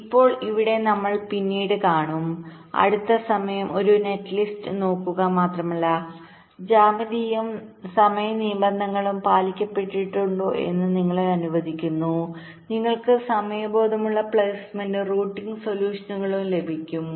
ഇപ്പോൾ ഇവിടെ നമ്മൾ പിന്നീട് കാണും അടുത്ത സമയം ഒരു നെറ്റ്ലിസ്റ്റ് നോക്കുക മാത്രമല്ല ജ്യാമിതീയവും സമയനിബന്ധനകളും പാലിക്കപ്പെട്ടിട്ടുണ്ടോ എന്ന് നിങ്ങളെ അനുവദിക്കുന്നു നിങ്ങൾക്ക് സമയബോധമുള്ള പ്ലെയ്സ്മെന്റും റൂട്ടിംഗ് സൊല്യൂഷനുകളുംലഭിക്കും